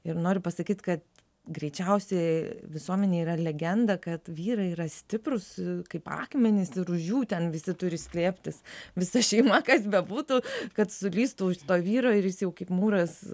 ir noriu pasakyt kad greičiausiai visuomenėje yra legenda kad vyrai yra stiprūs kaip akmenys ir už jų ten visi turi slėptis visa šeima kas bebūtų kad sulįstų už to vyro ir jis jau kaip mūras